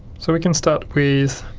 so we can start with